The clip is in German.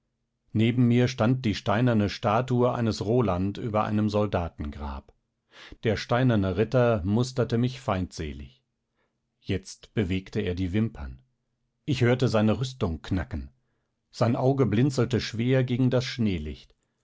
neben mir stand die steinerne statue eines roland über einem soldatengrab der steinerne ritter musterte mich feindselig jetzt bewegte er die wimpern ich hörte seine rüstung knacken sein auge blinzelte schwer gegen das